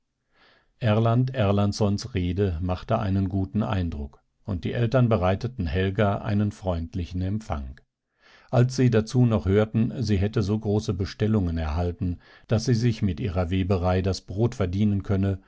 erland erlandssons rede machte einen guten eindruck und die eltern bereiteten helga einen freundlichen empfang als sie dazu noch hörten sie hätte so große bestellungen erhalten daß sie sich mit ihrer weberei das brot verdienen könne